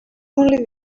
only